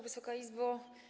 Wysoka Izbo!